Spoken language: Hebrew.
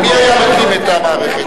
מי היה מקים את המערכת?